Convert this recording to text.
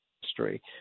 history